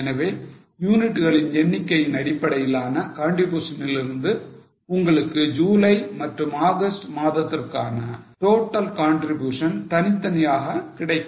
எனவே யூனிட்டுகளின் எண்ணிக்கையின் அடிப்படையிலான contribution லிருந்து உங்களுக்கு ஜூலை மற்றும் ஆகஸ்ட் மாதத்திற்கான total contribution தனித்தனியாக கிடைக்கும்